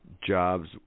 jobs